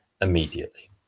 immediately